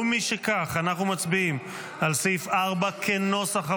ומשכך, אנחנו מצביעים על סעיף 4 כנוסח הוועדה.